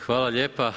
Hvala lijepa.